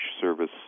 Service